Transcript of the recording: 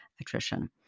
attrition